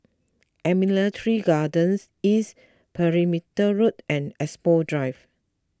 Admiralty Garden East Perimeter Road and Expo Drive